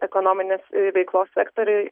ekonominės veiklos sektoriuj